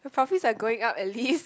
faster I going out and leave